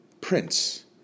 prince